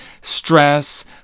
stress